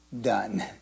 done